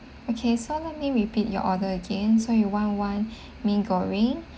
okay so let me repeat your order again so you want one mee goreng